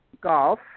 golf